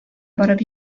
барып